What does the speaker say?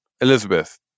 Elizabeth